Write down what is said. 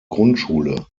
grundschule